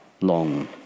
long